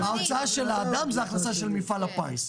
ההוצאה של האדם זה ההכנסה של מפעל הפיס.